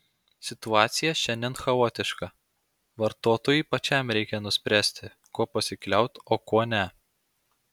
situacija šiandien chaotiška vartotojui pačiam reikia nuspręsti kuo pasikliauti o kuo ne